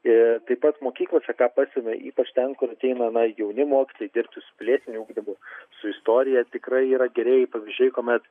ir taip pat mokyklose ką pastebime ypač ten kur ateina na jauni mokytojai dirbti pilietiniu ugdymu su istorija tikrai yra gerieji pavyzdžiai kuomet